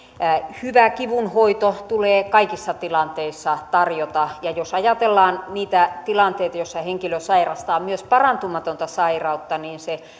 hyvä kivun hoito tulee kaikissa tilanteissa tarjota jos ajatellaan niitä tilanteita joissa henkilö sairastaa myös parantumatonta sairautta niin